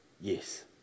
yes